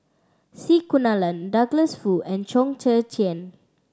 C Kunalan Douglas Foo and Chong Tze Chien